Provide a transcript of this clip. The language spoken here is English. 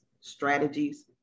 strategies